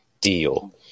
Deal